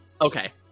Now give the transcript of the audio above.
Okay